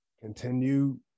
Continue